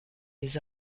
des